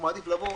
הוא מעדיף לבוא,